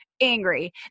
angry